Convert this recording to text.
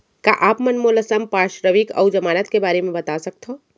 का आप मन मोला संपार्श्र्विक अऊ जमानत के बारे म बता सकथव?